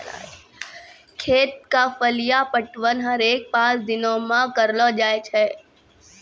खेत क फलिया पटवन हरेक पांच दिनो म करलो जाय छै